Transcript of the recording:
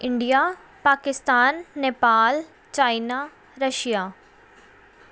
India Pakistan Nepal China Russia